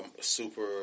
super